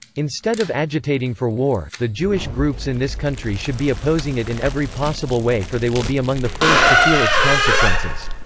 instead of agitating for war, the jewish groups in this country should be opposing it in every possible way for they will be among the first to feel its consequences.